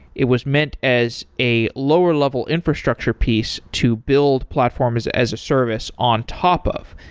it was meant as a lower level infrastructure piece to build platforms as a service on top of,